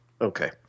Okay